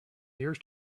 years